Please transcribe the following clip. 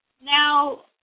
Now